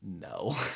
no